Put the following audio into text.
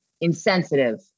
insensitive